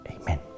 Amen